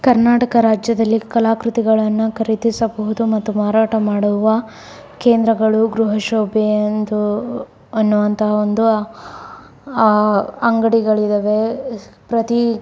ಕರ್ನಾಟಕ ರಾಜ್ಯದಲ್ಲಿ ಕಲಾಕೃತಿಗಳನ್ನು ಖರೀದಿಸಬಹುದು ಮತ್ತು ಮಾರಾಟ ಮಾಡುವ ಕೇಂದ್ರಗಳು ಗೃಹಶೋಭೆ ಎಂದು ಎನ್ನುವಂತಹ ಒಂದು ಅಂಗಡಿಗಳಿವೆ ಪ್ರತಿ